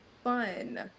fun